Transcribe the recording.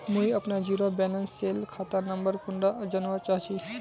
मुई अपना zero balance सेल खाता नंबर कुंडा जानवा चाहची?